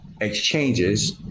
exchanges